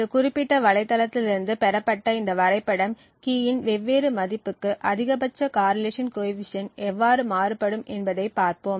இந்த குறிப்பிட்ட வலைத்தளத்திலிருந்து பெறப்பட்ட இந்த வரைபடம் கீ இன் வெவ்வேறு மதிப்புக்கு அதிகபட்ச காரிலேஷன் கோஎபிசியன்ட் எவ்வாறு மாறுபடும் என்பதை பார்ப்போம்